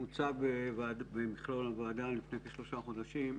הוצג במליאת הוועדה לפני כשלושה חודשים.